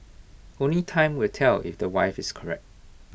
only time will tell if the wife is correct